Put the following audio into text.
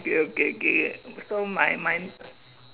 okay okay so my my